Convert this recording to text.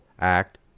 Act